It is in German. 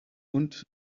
und